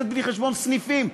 אתה,